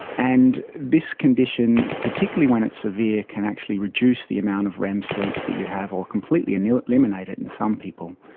and this condition, particularly when it's severe, can actually reduce the amount of rem sleep that you have or completely eliminate it in some people.